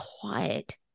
quiet